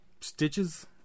stitches